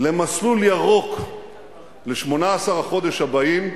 למסלול ירוק ל-18 החודש הבאים,